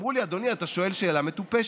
אמרו לי: אדוני, אתה שואל שאלה מטופשת.